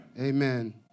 Amen